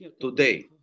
today